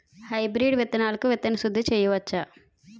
Hybrid విత్తనాలకు విత్తన శుద్ది చేయవచ్చ?